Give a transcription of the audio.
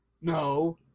No